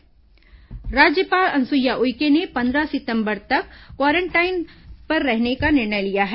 राज्यपाल स्वस्थ राज्यपाल अनुसुईया उइके ने पंद्रह सितंबर तक क्वारेंटाइन पर रहने का निर्णय लिया है